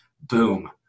boom